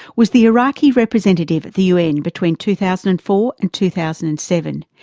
was the iraqi representative at the un between two thousand and four and two thousand and seven.